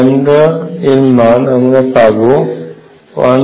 λ এর মান আমরা পাব 1l2